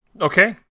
okay